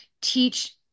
teach